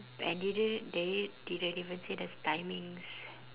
and didn't they didn't even say there's timings